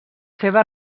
seves